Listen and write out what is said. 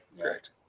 Correct